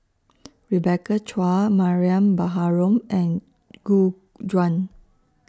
Rebecca Chua Mariam Baharom and Gu Juan